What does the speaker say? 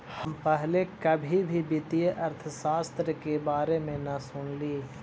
हम पहले कभी भी वित्तीय अर्थशास्त्र के बारे में न सुनली